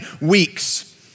weeks